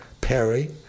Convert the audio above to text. Perry